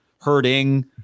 hurting